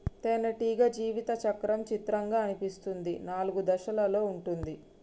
తేనెటీగ జీవిత చక్రం చిత్రంగా అనిపిస్తుంది నాలుగు దశలలో ఉంటుంది